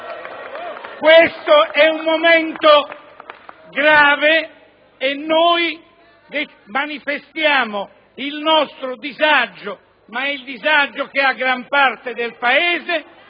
Questo è un momento grave e noi manifestiamo il nostro disagio, che poi è il disagio di gran parte del Paese,